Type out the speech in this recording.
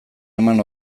eman